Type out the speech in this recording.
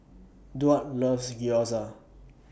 Duard loves Gyoza